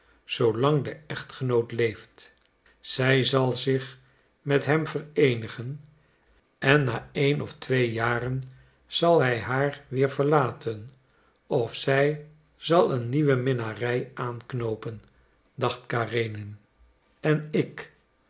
zoolang de echtgenoot leeft zij zal zich met hem vereenigen en na een of twee jaren zal hij haar weer verlaten of zij zal een nieuwe minnarij aanknoopen dacht karenin en ik